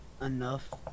enough